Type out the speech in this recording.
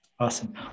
Awesome